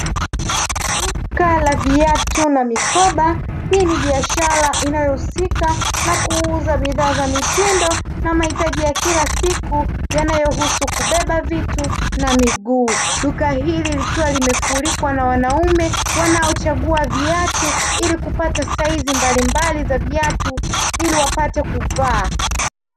Duka la viatu na mikoba hii ni biashara inayohusika na kuuza bidhaa za mitindo na mahitaji ya kila siku yanayohusu kubeba vitu na miguu. Duka hili likiwa limefurikwa na wanaume wanaochagua viatu ili kupata saizi mbalimbali za viatu ili wapate kuvaa.